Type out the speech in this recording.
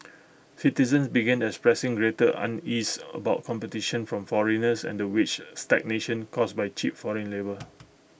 citizens began expressing greater unease about competition from foreigners and the wages stagnation caused by cheap foreign labour